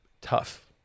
tough